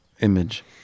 image